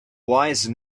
wise